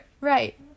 Right